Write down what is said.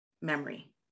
memory